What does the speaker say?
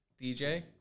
DJ